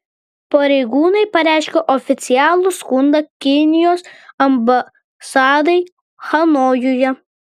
pareigūnai pareiškė oficialų skundą kinijos ambasadai hanojuje